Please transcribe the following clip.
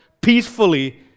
peacefully